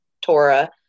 Torah